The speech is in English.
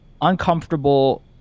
Uncomfortable